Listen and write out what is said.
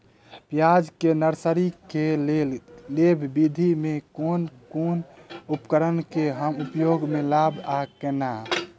प्याज केँ नर्सरी केँ लेल लेव विधि म केँ कुन उपकरण केँ हम उपयोग म लाब आ केना?